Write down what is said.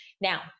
Now